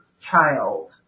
Child